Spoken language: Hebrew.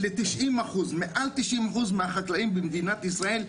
לי ולמעל 90 אחוזים מהחקלאים במדינת ישראל,